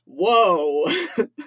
whoa